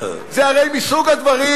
זה הרי מסוג הדברים,